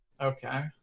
okay